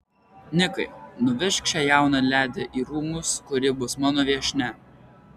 nikai nuvežk šią jauną ledi į rūmus kur ji bus mano viešnia